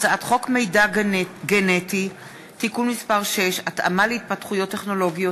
הצעת חוק מידע גנטי (תיקון מס' 6) (התאמה להתפתחויות טכנולוגיות),